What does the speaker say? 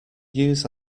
use